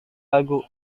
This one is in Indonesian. lagu